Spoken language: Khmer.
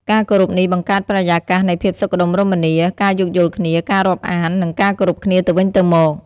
ការគោរពនេះបង្កើតបរិយាកាសនៃភាពសុខដុមរមនា ការយោគយល់គ្នា ការរាប់អាន និងការគោរពគ្នាទៅវិញទៅមក។